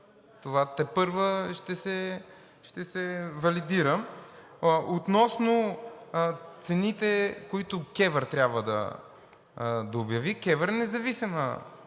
Това тепърва ще се валидира. Относно цените, които КЕВР трябва да обяви. КЕВР е независима